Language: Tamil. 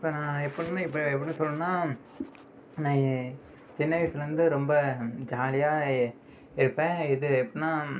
இப்போ நான் எப்பிடின இப்போ எப்படி சொல்லணுன்னா நான் ஏ சின்ன வயலசுலருந்து ரொம்ப ஜாலியாக இருப்பேன் இது எப்பிடின்னா